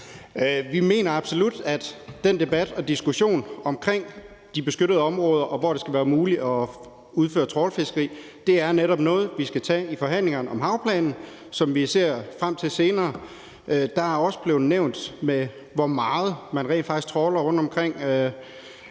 Vi mener absolut, at den debat og diskussion omkring de beskyttede områder og om, hvor det skal være muligt at udføre trawlfiskeri, netop er noget, vi senere skal tage i forhandlingerne om havplanen, som vi ser frem til. Det er også blevet nævnt, hvor meget man rent faktisk trawler rundtomkring.